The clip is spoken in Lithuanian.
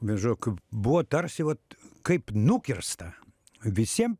vien žo k buvo tarsi vat kaip nukirsta visiem